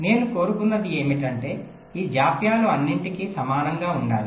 నేను కోరుకున్నది ఏమిటంటే ఈ జాప్యాలు అన్నింటికీ సమానంగా ఉండాలి